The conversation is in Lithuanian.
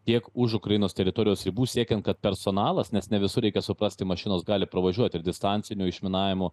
tiek už ukrainos teritorijos ribų siekiant kad personalas nes ne visur reikia suprasti mašinos gali pravažiuot ir distanciniu išminavimu